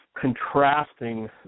contrasting